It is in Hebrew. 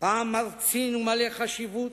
פעם מרצין ומלא חשיבות,